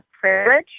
Privilege